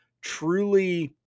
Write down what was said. truly